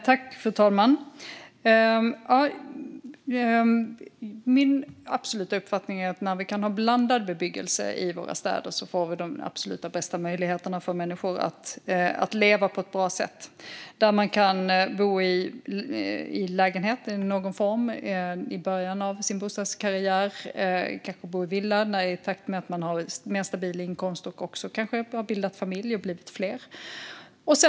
Fru talman! Min absoluta uppfattning är att blandad bebyggelse i våra städer ger de bästa möjligheterna för människor att leva på ett bra sätt. Då kan man bo i lägenhet i början av sin bostadskarriär för att sedan flytta till villa när man har fått mer stabil inkomst och kanske bildat familj.